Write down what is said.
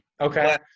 okay